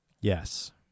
Yes